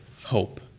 hope